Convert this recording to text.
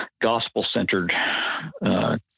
gospel-centered